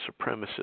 supremacist